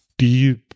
die